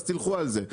אז תלכו על זה.